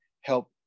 help